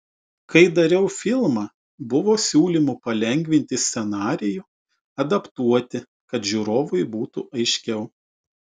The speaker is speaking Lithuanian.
kai dariau filmą buvo siūlymų palengvinti scenarijų adaptuoti kad žiūrovui būtų aiškiau